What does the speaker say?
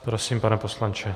Prosím, pane poslanče.